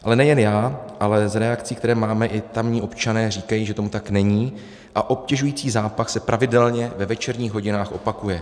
Ale nejen já, ale z reakcí, které máme, i tamní občané říkají, že tomu tak není a obtěžující zápach se pravidelně ve večerních hodinách opakuje.